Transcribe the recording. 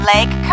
Lake